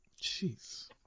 Jeez